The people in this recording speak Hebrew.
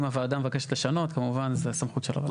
אם הוועדה מבקשת לשנות, כמובן זו סמכות של הוועדה.